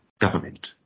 government